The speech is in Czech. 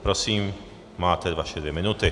Prosím, máte své dvě minuty.